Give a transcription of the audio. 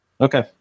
Okay